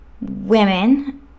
women